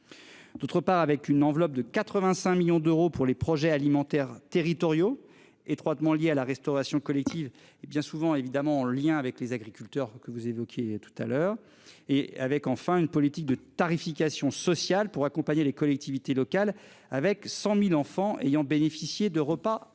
D'autre part avec une enveloppe de 85 millions d'euros pour les projets alimentaires territoriaux étroitement lié à la restauration collective et bien souvent évidemment en lien avec les agriculteurs, que vous évoquiez tout à l'heure et avec, enfin une politique de tarification sociale pour accompagner les collectivités locales avec 100.000 enfants ayant bénéficié de repas à un euro.